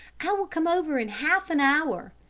i will come over in half an hour.